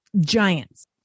giants